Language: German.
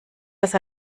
dass